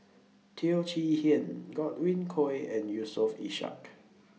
Teo Chee Hean Godwin Koay and Yusof Ishak